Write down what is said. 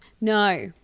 No